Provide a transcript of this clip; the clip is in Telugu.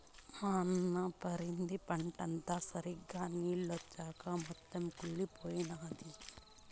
మా అన్న పరింద పంటంతా సరిగ్గా నిల్చొంచక మొత్తం కుళ్లిపోయినాది